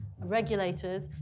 regulators